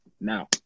now